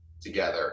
together